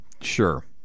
Sure